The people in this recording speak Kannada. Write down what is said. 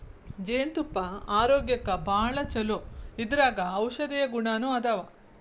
ಜೇನತುಪ್ಪಾ ಆರೋಗ್ಯಕ್ಕ ಭಾಳ ಚುಲೊ ಇದರಾಗ ಔಷದೇಯ ಗುಣಾನು ಅದಾವ